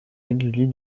régulier